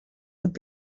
would